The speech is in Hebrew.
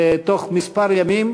ותוך מספר ימים,